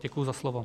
Děkuji za slovo.